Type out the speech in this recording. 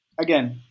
Again